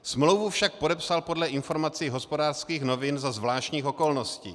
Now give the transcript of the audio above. Smlouvu však podepsal podle informací Hospodářských novin za zvláštních okolností.